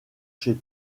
chez